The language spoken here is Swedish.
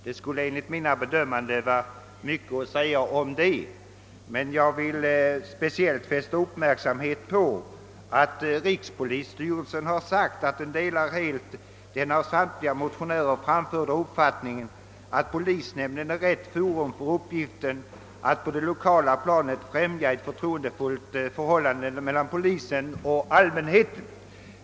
Det skulle enligt mina bedömanden i och för sig finnas mycket att säga om den, men jag vill speciellt fästa uppmärksamheten på att rikspolisstyrelsen sagt att man helt delar »den av samtliga motionärer framförda uppfattningen att polisnämnden är rätt forum för uppgiften att på det lokala planet främja ett förtroendefullt förhållande mellan polisen och allmänheten».